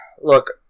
Look